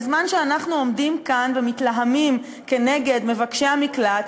בזמן שאנחנו עומדים כאן ומתלהמים נגד מבקשי המקלט,